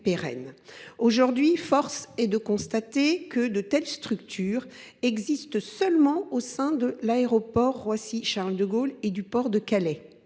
Aujourd’hui, force est de constater que de telles structures existent seulement au sein de l’aéroport de Roissy Charles de Gaulle et dans le port de Calais.